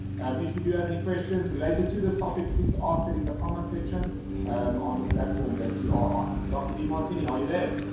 if you do have any questions related to this topic, please ask it in the comments section um on the platform that you are on. dr. demartini. are you there?